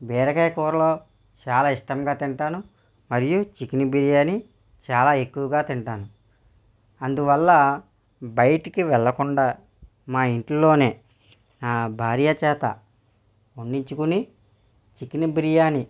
బీరకాయ కూరలు చాలా ఇష్టంగా తింటాను మరియు చికెన్ బిర్యాని చాలా ఎక్కువగా తింటాను అందువల్ల బయటికి వెళ్ళకుండా మా ఇంట్లోనే నా భార్య చేత వండించుకుని చికెన్ బిర్యానీ